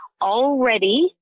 already